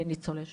לניצולי שעה.